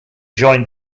joined